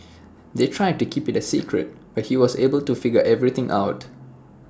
they tried to keep IT A secret but he was able to figure everything out